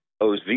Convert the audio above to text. OZ